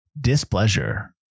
displeasure